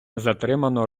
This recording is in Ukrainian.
затримано